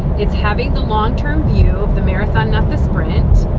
it's having the longterm view of the marathon, not the sprint,